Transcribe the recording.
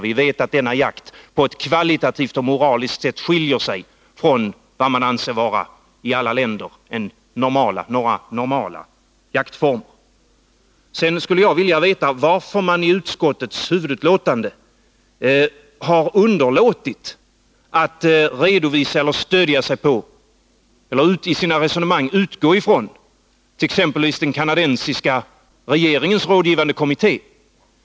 Vi vet att denna jakt på ett kvalitativt och moraliskt sätt skiljer sig från vad man i alla länder anser vara normala jaktformer. Sedan skulle jag vilja veta varför man i utskottets skrivning har underlåtit att redovisa eller stödja sig på eller i sina resonemang utgå ifrån exempelvis den kanadensiska regeringens rådgivande kommitté.